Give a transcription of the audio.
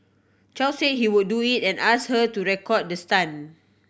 Chow say he would do it and ask her to record the stunt